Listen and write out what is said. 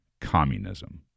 communism